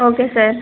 okay sir